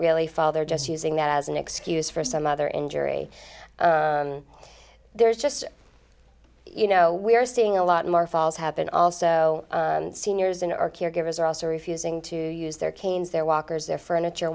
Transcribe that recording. really fall they're just using that as an excuse for some other injury there's just you know we are seeing a lot more falls happen also seniors in our caregivers are also refusing to use their canes their walkers their furniture